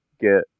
get